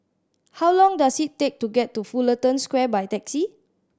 how long does it take to get to Fullerton Square by taxi